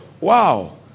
Wow